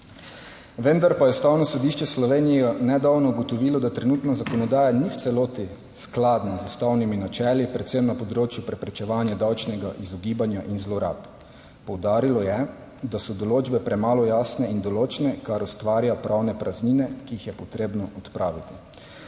Vendar pa je Ustavno sodišče Slovenije nedavno ugotovilo, da trenutna zakonodaja ni v celoti skladna z ustavnimi načeli, predvsem na področju preprečevanja davčnega izogibanja in zlorab. Poudarilo je, da so določbe premalo jasne in določne, kar ustvarja pravne praznine, ki jih je potrebno odpraviti.